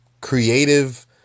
creative